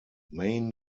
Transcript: main